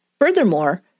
Furthermore